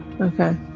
Okay